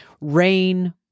rain